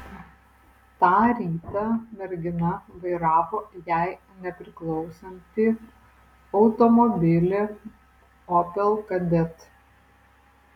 tą rytą mergina vairavo jai nepriklausantį automobilį opel kadett